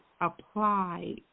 apply